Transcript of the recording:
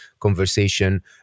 conversation